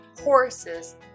horses